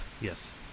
yes